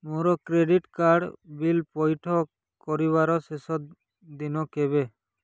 ମୋର credit card bill ପଇଠ କରିବାର ଶେଷ ଦିନ କେବେ